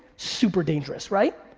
super dangerous, right?